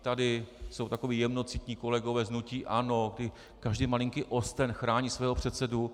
Tady jsou takoví jemnocitní kolegové z hnutí ANO, ti každý malinký osten chrání svého předsedu.